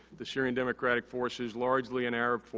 the syrian democratic force is largely an arab,